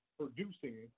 producing